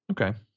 Okay